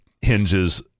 hinges